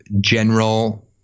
general